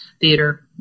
Theater